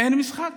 אין משחק.